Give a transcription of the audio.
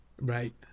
Right